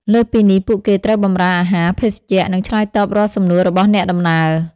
លើសពីនេះ ពួកគេត្រូវបម្រើអាហារ ភេសជ្ជៈ និងឆ្លើយតបរាល់សំណួររបស់អ្នកដំណើរ។